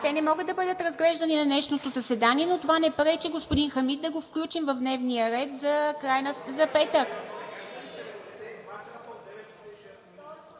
те не могат да бъдат разглеждани на днешното заседание, но това не пречи, господин Хамид, да ги включим в дневния ред за петък.